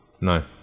no